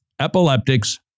epileptics